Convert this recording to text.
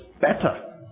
better